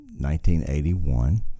1981